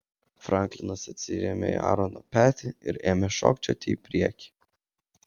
franklinas atsirėmė į aarono petį ir ėmė šokčioti į priekį